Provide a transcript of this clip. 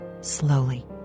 slowly